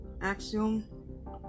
Axiom